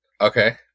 Okay